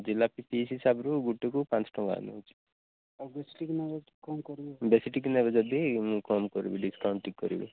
jalebi piece ହିସାବ ରୁ ଗୁଟେକୁ ପାଞ୍ଚ ଟଙ୍କା ନଉଛି ବେଶୀ ଟିକେ ନେବେ ଯଦି ମୁଁ କମ୍ କରିବି ଡିସକାଉଣ୍ଟ ଟିକେ କରିବି